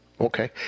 okay